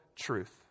truth